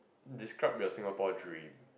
describe your Singapore dream